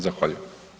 Zahvaljujem.